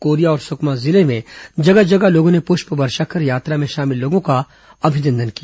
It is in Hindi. कोरिया और सुकमा जिले में जगह जगह लोगों ने पुष्पवर्षा कर यात्रा में शामिल लोगों का अभिनंदन किया